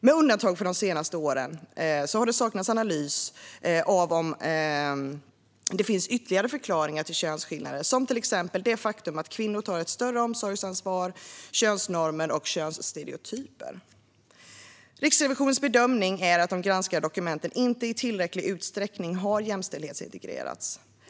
Med undantag för de senaste åren har det saknats analys av om det finns ytterligare förklaringar till könsskillnader som till exempel det faktum att kvinnor tar ett större omsorgsansvar, könsnormer och könsstereotyper. Riksrevisionens bedömning är att de granskade dokumenten inte i tillräcklig utsträckning har jämställdhetsintegrerats.